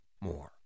more